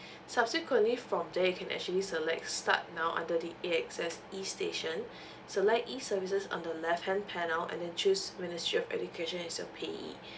subsequently from there you can actually select start now under the A X S E station select E services on the left hand panel and then choose ministry of education as your payee